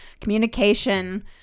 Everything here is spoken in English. communication